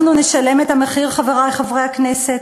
אנחנו נשלם את המחיר, חברי חברי הכנסת.